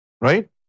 Right